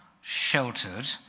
sheltered